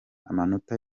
amanota